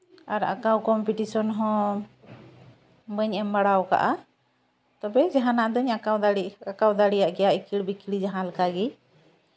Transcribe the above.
ᱟᱨ ᱟᱸᱠᱟᱣ ᱠᱚᱢᱯᱤᱴᱤᱥᱚᱱ ᱦᱚᱸ ᱵᱟᱹᱧ ᱮᱢ ᱵᱟᱲᱟ ᱠᱟᱜᱼᱟ ᱛᱚᱵᱮ ᱡᱟᱦᱟᱱᱟᱜ ᱫᱚᱧ ᱟᱸᱠᱟᱣ ᱫᱟᱲᱮᱭᱟᱜ ᱟᱸᱠᱟᱣ ᱫᱟᱲᱮᱭᱟᱜ ᱜᱮᱭᱟ ᱮᱠᱤᱲᱼᱵᱤᱠᱤᱲ ᱡᱟᱦᱟᱸ ᱞᱮᱠᱟᱜᱮ